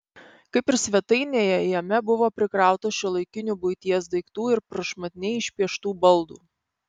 kaip ir svetainėje jame buvo prikrauta šiuolaikinių buities daiktų ir prašmatniai išpieštų baldų